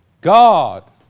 God